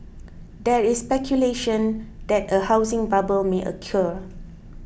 there is speculation that a housing bubble may occur